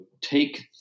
take